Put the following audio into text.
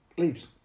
leaves